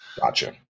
Gotcha